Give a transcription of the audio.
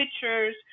pictures